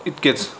इतकेच